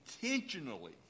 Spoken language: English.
intentionally